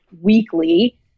weekly